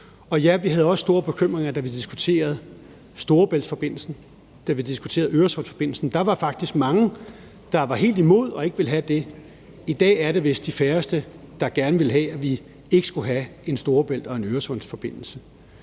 Ja, vi havde også store bekymringer, da vi diskuterede Storebæltsforbindelsen, og da vi diskuterede Øresundsforbindelsen. Der var faktisk mange, der var helt imod og ikke ville have dem. I dag er det vist de færreste, der gerne vil have, at vi ikke skulle have en Storebælts- og en Øresundsforbindelse.